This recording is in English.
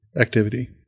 activity